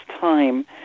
time